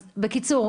בקיצור,